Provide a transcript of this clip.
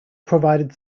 provided